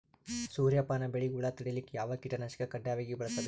ಸೂರ್ಯಪಾನ ಬೆಳಿಗ ಹುಳ ತಡಿಲಿಕ ಯಾವ ಕೀಟನಾಶಕ ಕಡ್ಡಾಯವಾಗಿ ಬಳಸಬೇಕು?